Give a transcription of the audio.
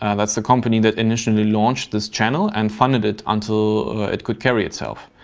and that's the company that initially launched this channel and funded it until it could carry itself.